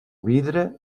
vidre